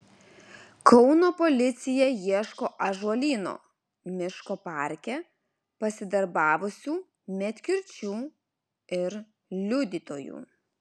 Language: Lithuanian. kauno policija ieško ąžuolyno miško parke pasidarbavusių medkirčių ir liudytojų